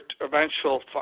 eventual